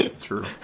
True